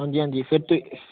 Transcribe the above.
ਹਾਂਜੀ ਹਾਂਜੀ ਫਿਰ ਤਾਂ